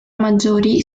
maggiori